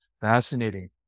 fascinating